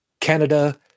canada